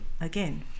Again